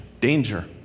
Danger